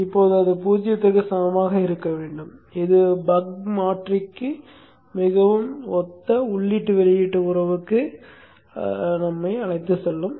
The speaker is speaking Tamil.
இப்போது அது பூஜ்ஜியத்திற்கு சமமாக இருக்க வேண்டும் இது பக் மாற்றிக்கு மிகவும் ஒத்த உள்ளீட்டு வெளியீட்டு உறவுக்கு உங்களை அழைத்துச் செல்லும்